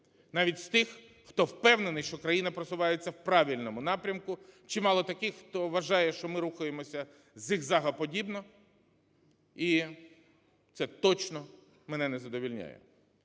навіть з тих, хто впевнений, що країна просувається в правильному напрямку, чимало таких, хто вважає, що ми рухаємося зигзагоподібно. І це точно мене не задовольняє.